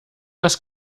das